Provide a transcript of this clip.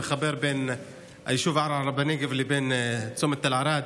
המחבר בין היישוב ערערה בנגב לבין צומת תל ערד.